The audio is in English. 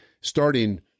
starting